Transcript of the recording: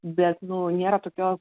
bet nu nėra tokio